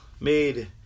made